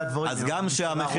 אז גם כשהמחירים --- אם הממשלה,